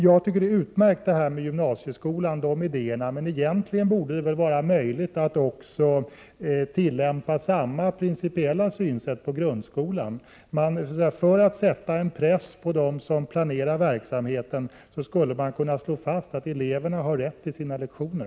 Jag tycker det är utmärkt med idéerna i fråga om gymnasieskolan, men egentligen borde det vara möjligt att också tillämpa samma principiella synsätt på grundskolan. För att sätta en press på dem som planerar verksamheten skulle man kunna slå fast att eleverna har rätt till sina lektioner.